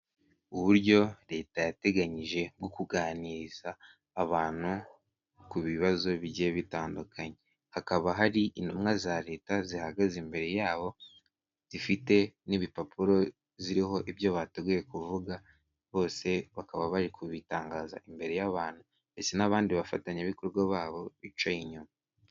Uburyo leta yateganyije bwo kuganiriza abantu ku bibazo bigiye bitandukanye hakaba hari intumwa za leta zihagaze imbere yabo zifite n'ibipapuro biriho ibyo bateguye kuvuga bose bakaba bari kubitangaza imbere y'abantu ndese n'abandi bafatanyabikorwa babo bicaye inyuma.